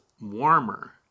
warmer